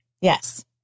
Yes